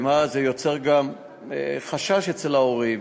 וזה יוצר גם חשש אצל ההורים.